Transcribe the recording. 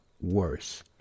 worse